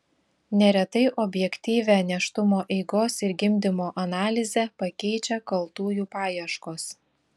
neretai objektyvią nėštumo eigos ir gimdymo analizę pakeičia kaltųjų paieškos